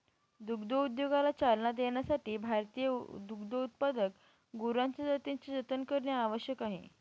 दुग्धोद्योगाला चालना देण्यासाठी भारतीय दुग्धोत्पादक गुरांच्या जातींचे जतन करणे आवश्यक आहे